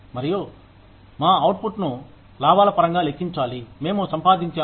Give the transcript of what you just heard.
మరియు మా అవుట్పుట్ను లాభాల పరంగా లెక్కించాలి మేము సంపాదించాము